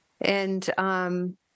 And-